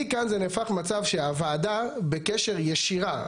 מכאן זה נהפך למצב שהוועדה בקשר ישירה,